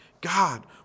God